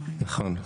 נכון.